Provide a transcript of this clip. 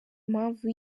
mpamvu